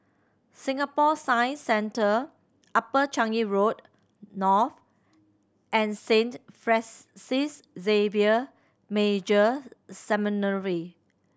Singapore Science Centre Upper Changi Road North and Saint Xavier Major Seminary